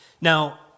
Now